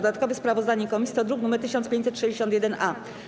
Dodatkowe sprawozdanie komisji to druk nr 1561-A.